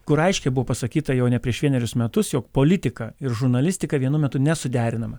kur aiškiai buvo pasakyta jau ne prieš vienerius metus jog politika ir žurnalistika vienu metu nesuderinama